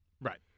Right